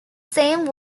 same